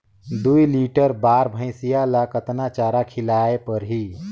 दुई लीटर बार भइंसिया ला कतना चारा खिलाय परही?